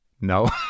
no